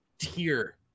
tier